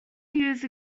used